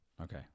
Okay